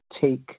take